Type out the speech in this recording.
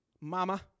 mama